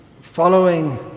following